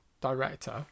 director